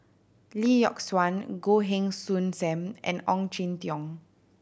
Lee Yock Suan Goh Heng Soon Sam and Ong Jin Teong